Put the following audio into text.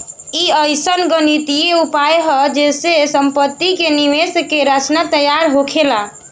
ई अइसन गणितीय उपाय हा जे से सम्पति के निवेश के रचना तैयार होखेला